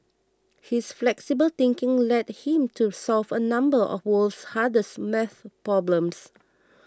his flexible thinking led him to solve a number of the world's hardest math problems